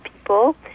people